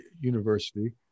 university